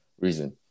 reason